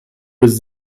with